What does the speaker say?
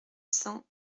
cent